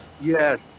yes